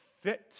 fit